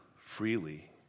freely